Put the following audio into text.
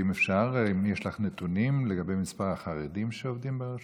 אם אפשר: האם יש לך נתונים על מספר החרדים שעובדים ברשות?